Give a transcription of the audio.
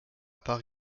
part